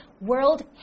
World